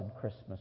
Christmas